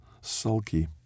Sulky